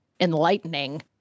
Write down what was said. enlightening